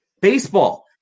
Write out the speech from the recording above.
Baseball